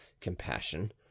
compassion